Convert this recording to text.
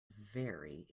very